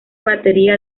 batería